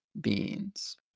beings